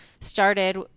started